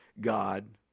God